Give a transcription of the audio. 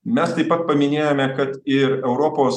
mes taip pat paminėjome kad ir europos